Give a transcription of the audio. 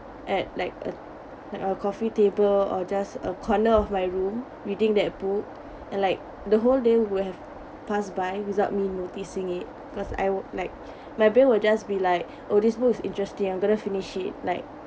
at like a like a coffee table or just a corner of my room reading that book and like the whole day would have passed by without me noticing it because I would like my brain will just be like oh this book is interesting I'm gonna finish it like